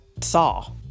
saw